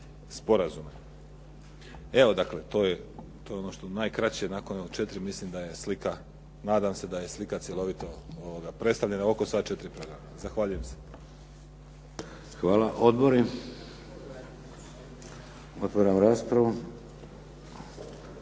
Evo, to je ono najkraće nakon evo četiri, mislim da je slika, nadam se da je slika slikovito predstavljena oko sva četiri programa. Zahvaljujem se. **Šeks, Vladimir